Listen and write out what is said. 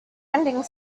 ending